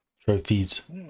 Trophies